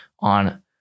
on